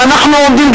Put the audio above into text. ואנחנו עומדים,